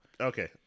Okay